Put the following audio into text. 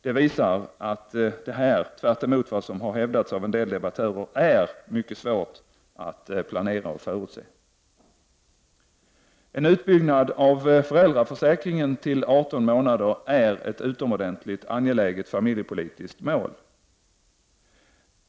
Dessa siffror visar att det är mycket svårt att förutse vad som kommer att ske, tvärtemot vad en del debattörer hävdat. En utbyggnad av föräldraförsäkringen till 18 månader är ett utomordentligt angeläget familjepolitiskt mål.